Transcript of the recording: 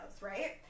right